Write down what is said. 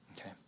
okay